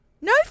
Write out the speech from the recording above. No